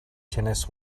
tennis